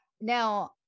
Now